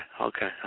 okay